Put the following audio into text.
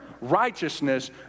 righteousness